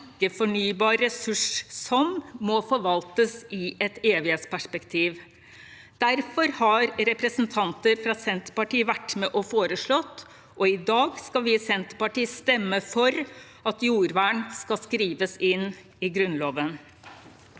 ikke-fornybar ressurs som må forvaltes i et evighetsperspektiv. Derfor har representanter fra Senterpartiet vært med og foreslått, og i dag skal vi i Senterpartiet stemme for, at jordvern skal skrives inn i Grunnloven.